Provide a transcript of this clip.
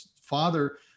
father